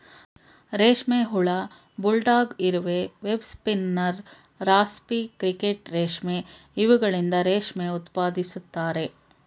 ರೇಷ್ಮೆ ಹುಳ, ಬುಲ್ಡಾಗ್ ಇರುವೆ, ವೆಬ್ ಸ್ಪಿನ್ನರ್, ರಾಸ್ಪಿ ಕ್ರಿಕೆಟ್ ರೇಷ್ಮೆ ಇವುಗಳಿಂದ ರೇಷ್ಮೆ ಉತ್ಪಾದಿಸುತ್ತಾರೆ